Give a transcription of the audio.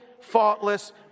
faultless